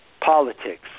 politics